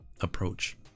approach